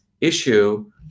issue